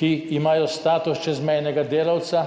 ki imajo status čezmejnega delavca,